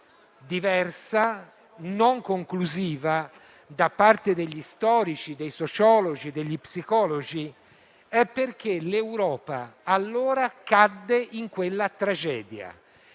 diversa e non conclusiva da parte degli storici, dei sociologi e degli psicologi, è perché l'Europa allora cadde in quella tragedia.